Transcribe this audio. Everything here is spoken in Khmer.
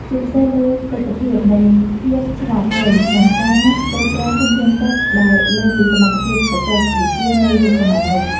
ជាពិសេសលើទិដ្ឋភាពនៃភាពឆ្លាតវៃក្នុងការគ្រប់គ្រងធនធានទឹកដែលលើសពីសមត្ថភាពបច្ចេកវិទ្យានៃយុគសម័យនោះ។